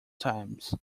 times